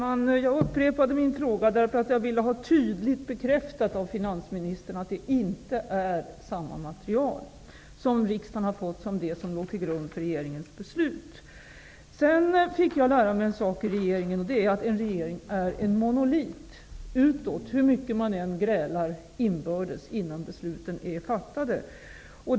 Herr talman! Jag upprepade min fråga därför att jag tydligt ville ha bekräftat av finansministern att det material som riksdagen har fått inte är detsamma som låg till grund för regeringens beslut. Jag lärde mig en sak i regeringen, och det är att en regering är en monolit utåt, hur mycket man än grälar inbördes innan besluten fattas.